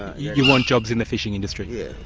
you want jobs in the fishing industry? yes,